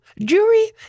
jury